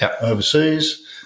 overseas